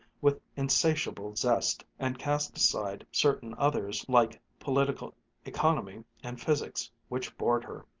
with insatiable zest and cast aside certain others like political economy and physics, which bored her,